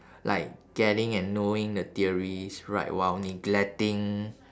like getting and knowing the theories right while neglecting